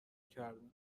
کردم